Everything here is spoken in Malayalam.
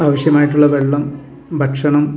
ആവശ്യമായിട്ടുള്ള വെള്ളം ഭക്ഷണം